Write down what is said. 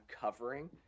covering